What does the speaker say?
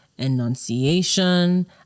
enunciation